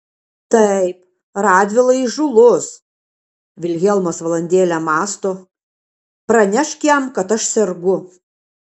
taip radvila įžūlus vilhelmas valandėlę mąsto pranešk jam kad aš sergu